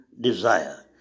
desire